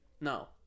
No